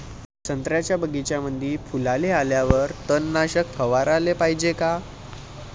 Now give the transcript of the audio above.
संत्र्याच्या बगीच्यामंदी फुलाले आल्यावर तननाशक फवाराले पायजे का?